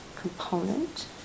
component